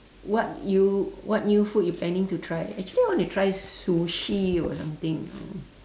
what you what new food you planning to try actually I want to try sushi or something you know